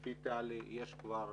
לפי טלי יש כבר